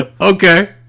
Okay